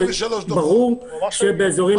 ברור שבאזורים